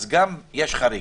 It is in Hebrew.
אז יש חריג.